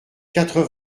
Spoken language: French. quatre